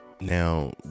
Now